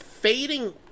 Fading